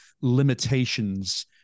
limitations